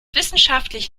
wissenschaftlich